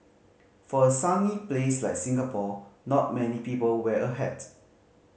for a sunny place like Singapore not many people wear a hat